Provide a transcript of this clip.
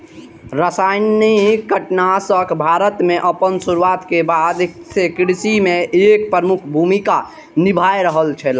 रासायनिक कीटनाशक भारत में आपन शुरुआत के बाद से कृषि में एक प्रमुख भूमिका निभाय रहल छला